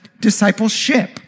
discipleship